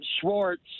Schwartz